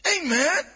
Amen